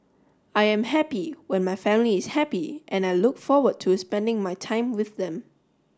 I am happy when my family is happy and I look forward to spending my time with them